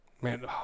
Man